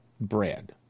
bread